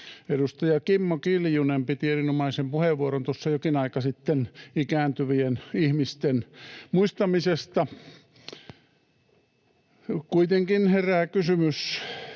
Edustaja Kimmo Kiljunen piti erinomaisen puheenvuoron tuossa jokin aika sitten ikääntyvien ihmisten muistamisesta. Kuitenkin herää kysymys,